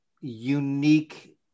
unique